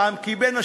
ובדרך כלל,